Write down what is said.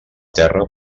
terra